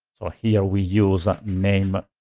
so here we use name,